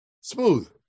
smooth